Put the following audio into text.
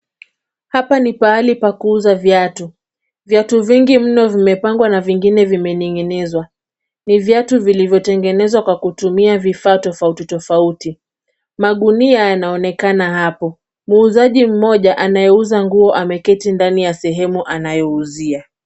Hapa ni pahali pa kuuza viatu. Viatu vingi mno vimepangwa na vingine vimening'inizwa. Ni viatu vilivyotengenezwa kwa kutumia vifaa tofauti tofauti. Magunia yanaonekana hapo. Muuzaji mmoja anayeuza nguo ameketi ndani ya sehemu anayouzia.